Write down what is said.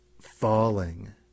falling